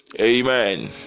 Amen